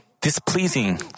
displeasing